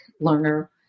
learner